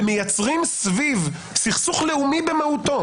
ומייצרים סביב סכסוך לאומי במהותו,